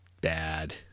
bad